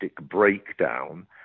breakdown